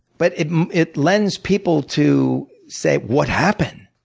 but it it lends people to say, what happened?